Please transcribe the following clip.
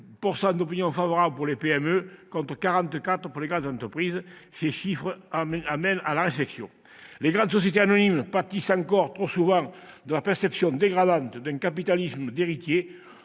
: 90 % d'opinions favorables pour les PME contre 44 % pour les grandes entreprises. Ces chiffres appellent à la réflexion ! Les grandes sociétés anonymes pâtissent encore trop souvent de la perception dégradante de nos concitoyens, qui les